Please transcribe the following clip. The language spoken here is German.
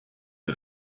der